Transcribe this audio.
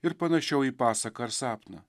ir panašiau į pasaką ar sapną